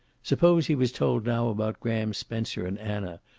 suppose he was told now about graham spencer and anna,